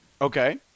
Okay